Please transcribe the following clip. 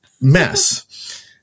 mess